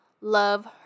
love